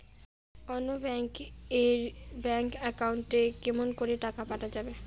অন্য ব্যাংক এর bank account এ কেমন করে টাকা পাঠা যাবে?